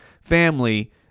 family